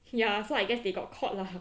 ya so I guess they got caught lah